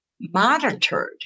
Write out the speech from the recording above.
monitored